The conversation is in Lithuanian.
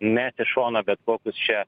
mes į šoną bet kokius čia